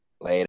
Later